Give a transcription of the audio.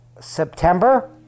September